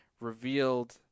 revealed